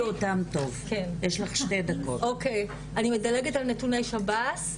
אני מדלגת על נתוני שב"ס,